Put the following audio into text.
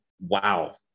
wow